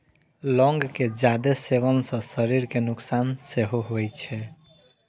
लौंग के जादे सेवन सं शरीर कें नुकसान सेहो होइ छै